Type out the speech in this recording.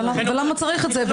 אבל למה צריך את זה?